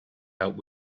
helped